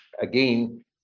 again